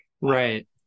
Right